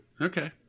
Okay